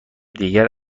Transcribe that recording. دیگر